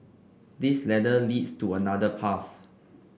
this ladder leads to another path